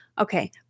okay